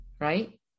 right